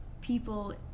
people